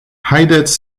haideți